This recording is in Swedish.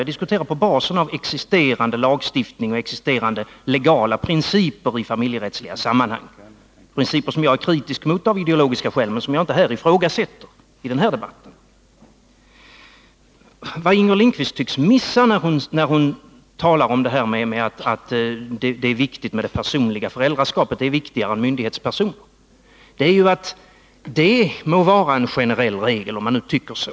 Jag diskuterar på basen av existerande lagstiftning och existerande legala principer i familjerättsliga sammanhang - principer som jag är kritisk mot av ideologiska skäl men som jag inte ifrågasätter i den här debatten. Vad Inger Lindquist tycks missa när hon talar om att det är viktigare med det personliga föräldraskapet än med myndighetsperson, är ju att det må vara en generell regel, om man tycker så.